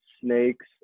snakes